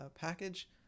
package